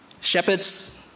shepherds